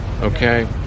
okay